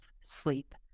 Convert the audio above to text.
sleep